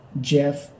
Jeff